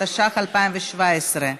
התשע"ח 2017,